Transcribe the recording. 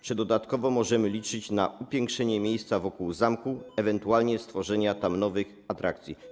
Czy dodatkowo możemy liczyć na upiększenie miejsca wokół zamku, ewentualnie stworzenie tam nowych atrakcji?